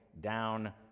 down